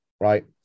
right